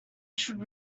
should